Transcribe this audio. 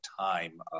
time